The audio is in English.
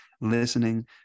listening